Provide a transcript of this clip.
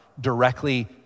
directly